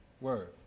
Word